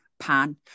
pan